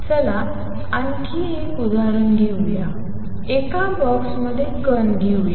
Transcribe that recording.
चला आणखी एक उदाहरण घेऊया एका बॉक्समध्ये कण घेऊया